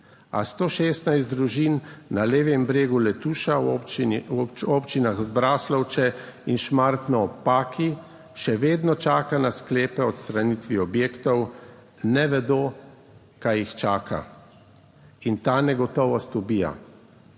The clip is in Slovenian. a 116 družin na levem bregu Letuša, občinah Braslovče in Šmartno ob Paki, še vedno čaka na Sklepe o odstranitvi objektov, ne vedo, kaj jih čaka in ta negotovost ubija.